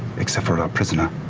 except for our prisoner